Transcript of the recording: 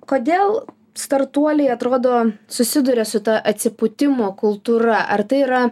kodėl startuoliai atrodo susiduria su ta atsipūtimo kultūra ar tai yra